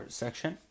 section